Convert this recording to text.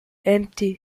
empty